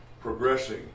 progressing